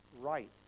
right